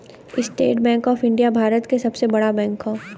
estate Bank of India Bharat क सबसे बड़ा बैंक हौ